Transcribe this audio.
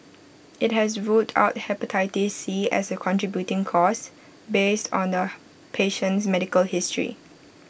IT has ruled out Hepatitis C as A contributing cause based on the patient's medical history